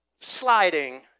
sliding